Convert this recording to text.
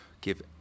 give